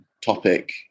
topic